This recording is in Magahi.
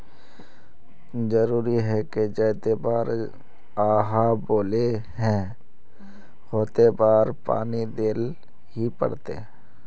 जरूरी है की जयते बार आहाँ बोले है होते बार पानी देल ही पड़ते?